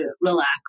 relax